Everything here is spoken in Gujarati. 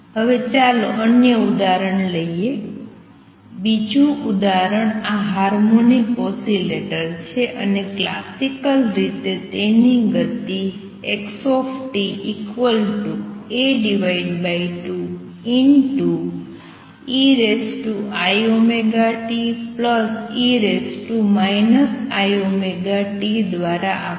હવે ચાલો અન્ય ઉદાહરણ લઈએ બીજું ઉદાહરણ આ હાર્મોનિક ઓસિલેટર છે અને ક્લાસિકલ રીતે તેની ગતિ x દ્વારા આપવામાં આવે છે